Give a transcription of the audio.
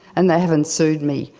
and they haven't sued me,